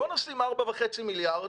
בואו נשים 4.5 מיליארד.